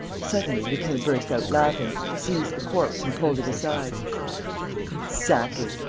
suddenly, lupin burst out laughing, seized the corpse and pulled it aside exactly!